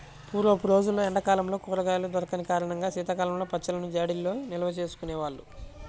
పూర్వపు రోజుల్లో ఎండా కాలంలో కూరగాయలు దొరికని కారణంగా శీతాకాలంలో పచ్చళ్ళను జాడీల్లో నిల్వచేసుకునే వాళ్ళు